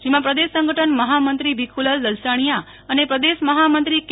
જેમાં પ્રદેશ સંગઠન મહામંત્રી ભીખુ ભાઈ દલસાણીયા અને પ્રદેશ મહામંત્રી કે